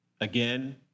again